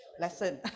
lesson